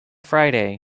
friday